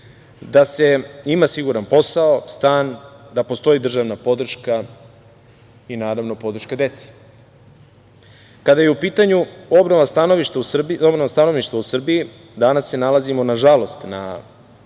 da se ima siguran posao, stan, da postoji državna podrška i naravno, podrška deci. Kada je u pitanju obnova stanovništva u Srbiji, danas se nalazimo, nažalost, na